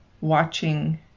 watching